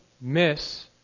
miss